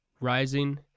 rising